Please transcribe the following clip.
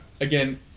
again